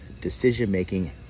decision-making